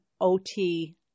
OT